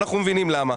אנחנו מבינים למה.